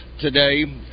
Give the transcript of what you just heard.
today